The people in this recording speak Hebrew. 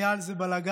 היה על זה בלגן.